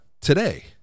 today